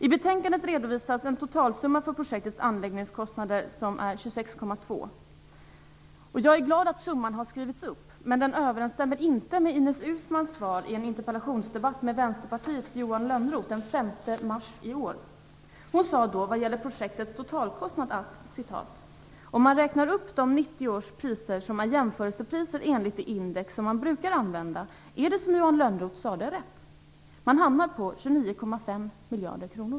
I betänkandet redovisas en totalsumma för projektets anläggningskostnader på 26,2 miljarder. Jag är glad att summan har skrivits upp, men den överensstämmer inte med Ines Uusmanns svar i en interpellationsdebatt med Vänsterpartiets Johan Lönnroth den 5 mars i år. Hon sade då om projektets totalkostnad: "Om man räknar upp de av 1990 års priser som är jämförelsepriser enligt det index som man brukar använda är det som Johan Lönnroth sade rätt. Man hamnar på 29,5 miljarder."